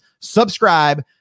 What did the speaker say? subscribe